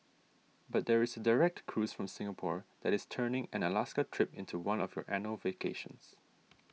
but there is direct cruise from Singapore that is turning an Alaska trip into one of your annual vacations